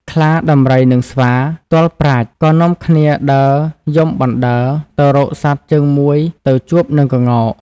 ខ្លា ដំរី និងស្វា ទាល់ប្រាជ្ញ ក៏នាំគ្នាដើរយំបណ្ដើរទៅរកសត្វជើងមួយទៅជួបនឹងក្ងោក។